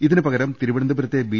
ഇതിന് പകരം തിരുവനന്തപുരത്തെ ബി